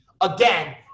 Again